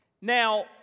Now